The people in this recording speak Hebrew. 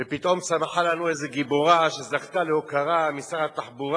ופתאום צמחה לנו איזה גיבורה שזכתה להוקרה משר התחבורה,